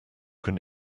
can